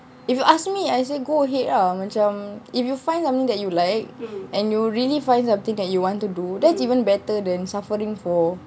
if you ask me I say go ahead lah macam if you find something that you like and you really find something that you want to do that's even better than suffering for